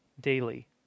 daily